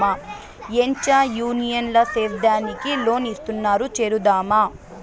ఏంచా యూనియన్ ల సేద్యానికి లోన్ ఇస్తున్నారు చేరుదామా